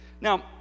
Now